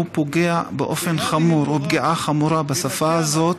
פוגעת באופן חמור, היא פגיעה חמורה בשפה הזאת,